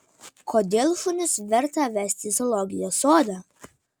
kodėl šunis verta vesti į zoologijos sodą